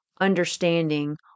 understanding